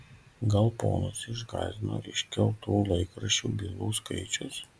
gal ponus išgąsdino iškeltų laikraščiui bylų skaičius